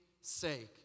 sake